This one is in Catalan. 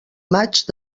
maig